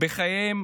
בחייהם